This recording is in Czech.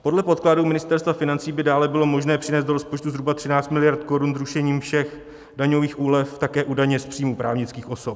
Podle podkladů Ministerstva financí by dále bylo možné přinést do rozpočtu zhruba 13 mld. korun zrušením všech daňových úlev také u daně z příjmů právnických osob.